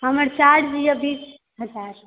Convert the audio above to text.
हमर चार्ज यदि